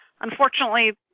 Unfortunately